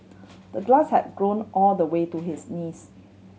the grass had grown all the way to his knees